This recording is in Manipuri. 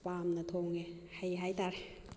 ꯄꯥꯝꯅ ꯊꯣꯡꯉꯦ ꯍꯩ ꯍꯥꯏꯇꯔꯦ